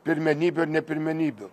pirmenybių ar ne pirmenybių